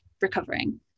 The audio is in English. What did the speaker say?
recovering